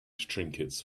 trinkets